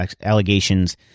allegations